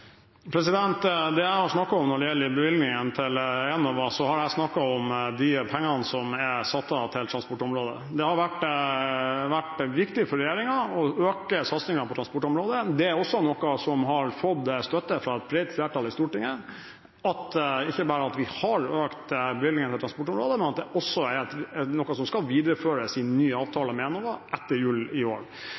øre? Det jeg har snakket om når det gjelder bevilgninger til Enova, er de pengene som er satt av til transportområdet. Det har vært viktig for regjeringen å øke satsingen på transportområdet. Det er også noe som har fått støtte fra et bredt flertall i Stortinget – ikke bare at vi har økt bevilgningene til transportområdet, men også at det er noe som skal videreføres i ny avtale med Enova etter jul i år.